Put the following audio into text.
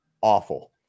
awful